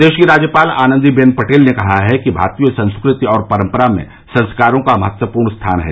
प्रदेश की राज्यपाल आनंदीबेन पटेल ने कहा है कि भारतीय संस्कृति और परम्परा में संस्कारों का महत्वपूर्ण स्थान है